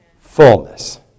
fullness